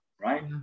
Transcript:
right